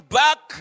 back